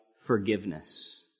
forgiveness